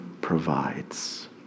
provides